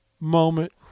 moment